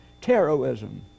terrorism